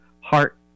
heart